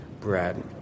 bread